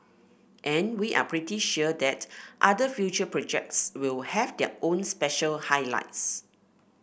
and we are pretty sure that other future projects will have their own special highlights